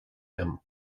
him